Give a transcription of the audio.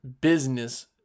business